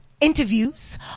interviews